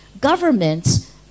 governments